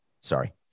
Sorry